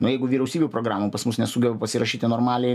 nu jeigu vyriausybių programų pas mus nesugeba pasirašyti normaliai